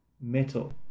metal